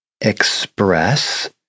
express